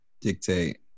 dictate